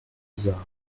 sahne